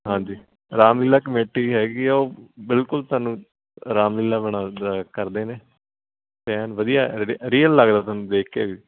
ਹਾਂਜੀ ਰਾਮ ਲੀਲਾ ਕਮੇਟੀ ਹੈਗੀ ਹੈ ਉਹ ਬਿਲਕੁਲ ਤੁਹਾਨੂੰ ਰਾਮ ਲੀਲਾ ਬਣਾ ਕਰਦੇ ਨੇ ਅਤੇ ਐਨ ਵਧੀਆ ਰ ਰੀਅਲ ਲੱਗਦਾ ਤੁਹਾਨੂੰ ਵੇਖ ਕੇ ਬਈ